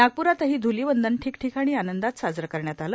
नागप्रातही ध्लिवंदन ठिकठिकाणी आनंदात साजरं करण्यात आलं